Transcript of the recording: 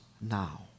now